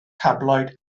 tabloid